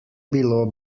bilo